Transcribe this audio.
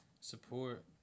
support